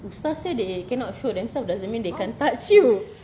ustaz say they cannot show themselves doesn't mean they can't touch you